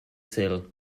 sill